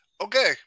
okay